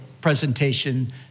presentation